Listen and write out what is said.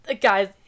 guys